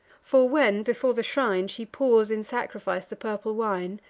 for when, before the shrine, she pours in sacrifice the purple wine,